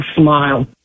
smile